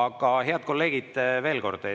Aga, head kolleegid, veel kord: